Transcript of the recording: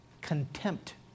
contempt